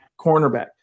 cornerback